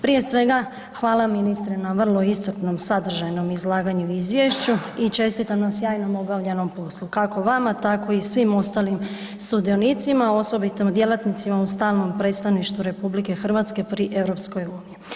Prije svega, hvala ministre na vrlo iscrpnom sadržajnom izlaganju u izvješću i čestitim na sjajno obavljenom poslu, kako vama tako i svim ostalim sudionicima, osobito djelatnicima u stalnom predstavništvu RH pri EU.